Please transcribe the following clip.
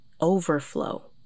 overflow